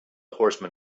horseman